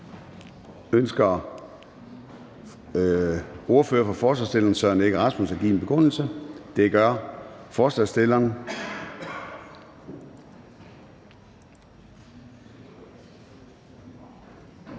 Ønsker ordføreren for forslagsstillerne, hr. Søren Egge Rasmussen, at give en begrundelse? Det gør forslagsstilleren.